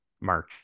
March